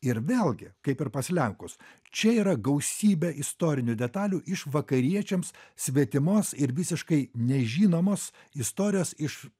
ir vėlgi kaip ir pas lenkus čia yra gausybę istorinių detalių iš vakariečiams svetimos ir visiškai nežinomos istorijos iš